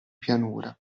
pianura